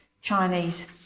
Chinese